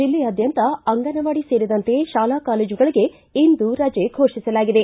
ಜಿಲ್ಲೆಯಾದ್ದಂತ ಅಂಗನವಾಡಿ ಸೇರಿದಂತೆ ಶಾಲಾ ಕಾಲೇಜುಗಳಿಗೆ ಇಂದು ರಜೆ ಘೋಷಿಸಲಾಗಿದೆ